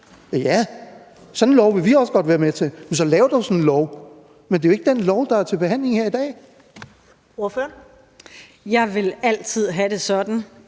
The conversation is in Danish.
Ja, sådan en lov vil vi også gerne være med til. Men så lav dog sådan en lov. Men det er jo ikke den lov, der er til behandling her i dag. Kl. 15:24 Første næstformand